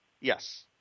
Yes